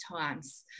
times